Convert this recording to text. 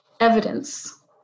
evidence